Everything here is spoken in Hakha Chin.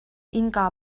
innka